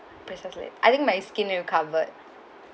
precisely I think my skin recovered